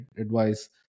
advice